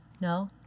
No